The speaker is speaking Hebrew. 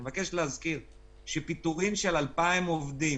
אני מבקש להזכיר, שפיטורים של 2,000 עובדים